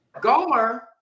Gomer